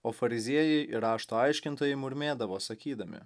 o fariziejai ir rašto aiškintojai murmėdavo sakydami